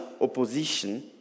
opposition